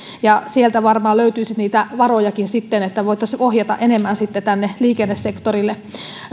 rapautuu sieltä varmaan löytyisi niitä varojakin joita voitaisiin sitten ohjata enemmän tänne liikennesektorille